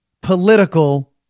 political